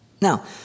Now